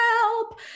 help